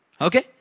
Okay